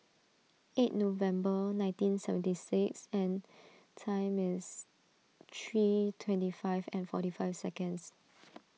eight November nineteen seventy six and time is three twenty five and forty five seconds